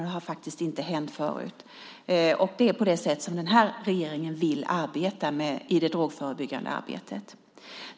Det har faktiskt inte hänt förut. Det är på det sättet den här regeringen vill jobba i det drogförebyggande arbetet.